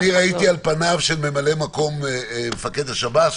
על פניו, ממלא מקום מפקד השב"ס,